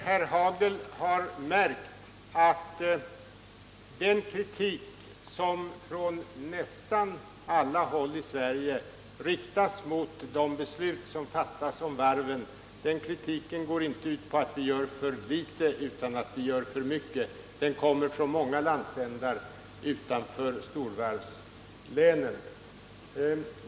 Herr talman! Jag undrar om herr Hagel inte har märkt att den kritik som från nästan alla håll i Sverige riktas mot de beslut som fattats om varven inte går ut på att vi har gjort för litet utan på att vi har gjort för mycket. Den kritiken kommer från många landsändar utanför storvarvslänen.